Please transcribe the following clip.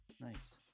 nice